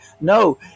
No